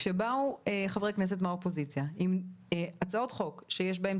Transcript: כשבאו חברי כנסת מהאופוזיציה עם הצעות חוק שיש בהן